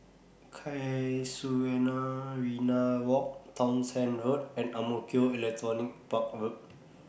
Walk Townshend Road and Ang Mo Kio Electronics Park Road